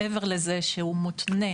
מעבר לזה שהוא מותנה.